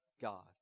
God